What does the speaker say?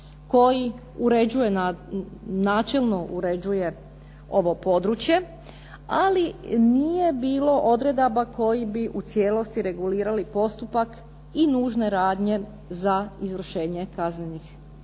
načelno uređuje ovo područje ali nije bilo odredaba koji bi u cijelosti regulirali postupak i nužne radnje za izvršenje kaznenih